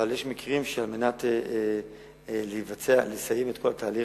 אבל יש מקרים שעל מנת לסיים את כל התהליך,